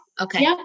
Okay